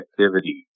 activity